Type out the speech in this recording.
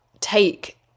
take